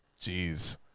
Jeez